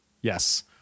Yes